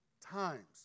times